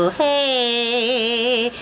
hey